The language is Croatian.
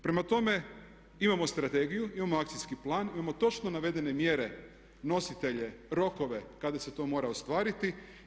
Prema tome imamo strategiju, imamo Akcijski plan, imamo točno navedene mjere, nositelje, rokove, kada se to mora ostvariti.